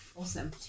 awesome